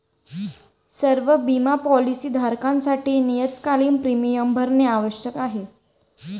सर्व बिमा पॉलीसी धारकांसाठी नियतकालिक प्रीमियम भरणे आवश्यक आहे